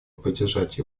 поддержать